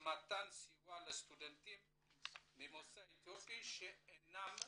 למתן סיוע לסטודנטים ממוצא אתיופי שאינם עולים.